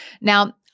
Now